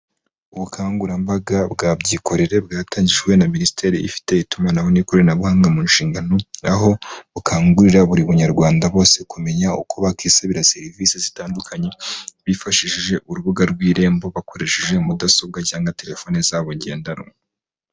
Ubukangurambaga bwa byikorere bwatangijwe na minisiteri ifite itumanaho n'ikoranabuhanga mu nshingano, aho bukangurira buri munyarwanda, bose kumenya uko bakisabira serivisi zitandukanye bifashishije urubuga rw'irembo bakoresheje mudasobwa cyangwa telefone zabo ngendanwa.